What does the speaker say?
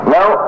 Now